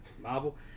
Marvel